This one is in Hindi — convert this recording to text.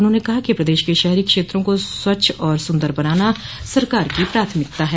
उन्होंनें कहा कि प्रदेश के शहरी क्षेत्रों को स्वच्छ और सुन्दर बनाना सरकार की प्राथमिकता हैं